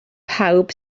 pawb